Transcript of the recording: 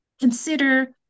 consider